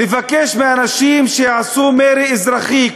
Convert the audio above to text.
לבקש מאנשים שיעשו מרי אזרחי,